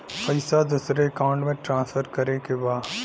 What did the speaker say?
पैसा दूसरे अकाउंट में ट्रांसफर करें के बा?